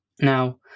Now